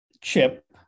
chip